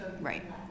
right